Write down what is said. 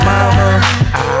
Mama